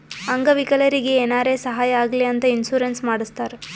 ಅಂಗ ವಿಕಲರಿಗಿ ಏನಾರೇ ಸಾಹಾಯ ಆಗ್ಲಿ ಅಂತ ಇನ್ಸೂರೆನ್ಸ್ ಮಾಡಸ್ತಾರ್